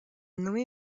nommé